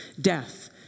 death